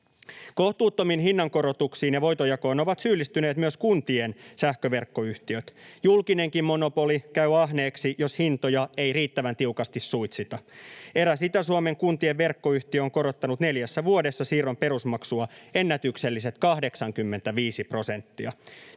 Kohtuuttomiin hinnankorotuksiin ja voitonjakoon ovat syyllistyneet myös kuntien sähköverkkoyhtiöt. Julkinenkin monopoli käy ahneeksi, jos hintoja ei riittävän tiukasti suitsita. Eräs Itä-Suomen kuntien verkkoyhtiö on korottanut neljässä vuodessa siirron perusmaksua ennätykselliset 85 prosenttia.